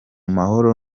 mahoro